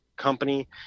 company